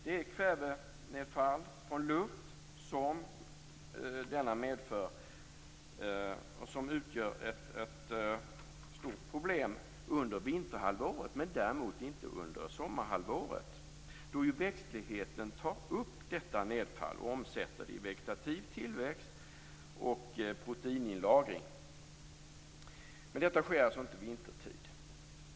Den medför kvävenedfall från luft som utgör ett stort problem under vinterhalvåret, däremot inte under sommarhalvåret då växtligheten tar upp nedfallet och omsätter det till vegetativ tillväxt och proteininlagring. Detta sker alltså inte vintertid.